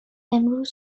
امروز